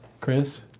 Chris